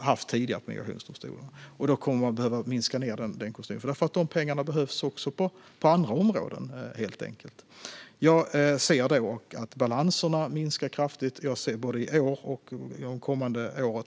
haft tidigare. Man kommer att behöva minska den kostymen, helt enkelt för att de pengarna behövs på andra områden. Jag ser att balanserna minskar kraftigt, både i år och det kommande året.